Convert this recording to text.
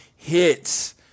hits